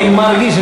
אני מרגיש,